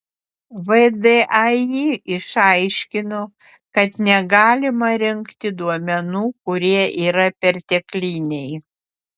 vdai išaiškino kad negalima rinkti duomenų kurie yra pertekliniai